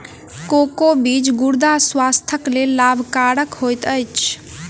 cocoa बीज गुर्दा स्वास्थ्यक लेल लाभकरक होइत अछि